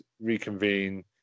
reconvene